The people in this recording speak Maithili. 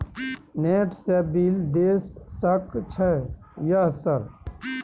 नेट से बिल देश सक छै यह सर?